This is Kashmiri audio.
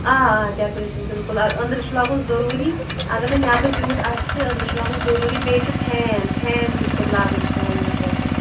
آ آ ڈٮ۪کُریشَن بِلکُل آ أنٛدرٕ چھُ لاگُن ضٔروٗری اگر نہٕ نٮ۪برٕ تیوٗت آسہِ تہِ أندرٕ چھُ لاگُن ضٔروٗری بیٚیہِ چھِ فین فین تہِ چھِ تَتہِ لاگٕنۍ فین زٕ ترٛےٚ تہِ